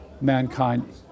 mankind